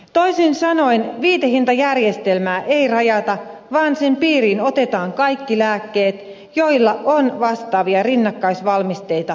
toisin sanoen viitehintajärjestelmää ei rajata vaan sen piiriin otetaan kaikki lääkkeet joilla on vastaavia rinnakkaisvalmisteita myytävänä